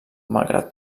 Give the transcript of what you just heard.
malgrat